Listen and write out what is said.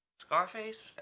scarface